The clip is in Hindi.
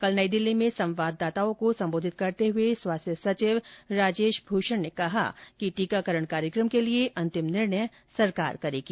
कल नई दिल्ली में संवाददाताओं को संबोधित करते हुए स्वास्थ्य सचिव राजेश भूषण ने कहा कि टीकाकरण कार्यक्रम के लिए अंतिम निर्णय सरकार करेगी